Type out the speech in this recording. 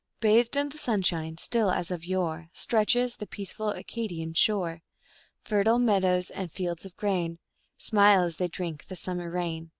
bathed in the sunshine still as of yore stretches the peaceful acadian shore fertile meadows and fields of grain smile as they drink the summer rain.